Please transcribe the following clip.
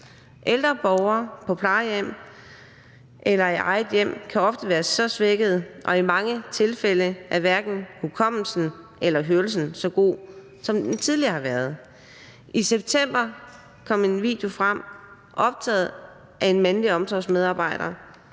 Ældre borgere på plejehjem eller i eget hjem kan ofte være svækkede, og i mange tilfælde er hverken hukommelsen eller hørelsen så god, som den tidligere har været. I september kom en video frem optaget af en mandlig omsorgsmedarbejder,